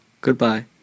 Goodbye